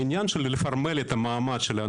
העניין של לפרמל את המעמד של המעמד